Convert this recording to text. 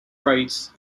fright